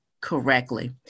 correctly